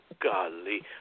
Golly